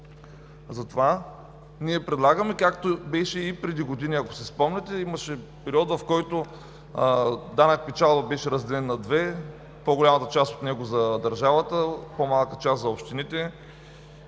Затова ние предлагаме, както беше и преди години, ако си спомняте, имаше период, в който данък печалба беше разделен на две – по голямата част от него за държавата, по-малка част за общините